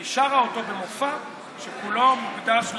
היא שרה אותו במופע שכולו מוקדש,